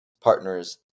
partners